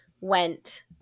went